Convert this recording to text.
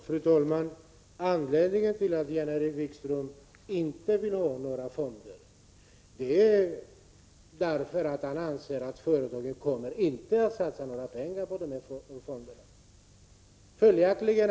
Fru talman! Anledningen till att Jan-Erik Wikström inte vill ha några fonder är att han menar att företagen inte kommer att satsa några pengar på dessa fonder.